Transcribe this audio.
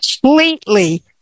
completely